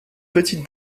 petite